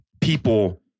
people